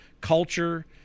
culture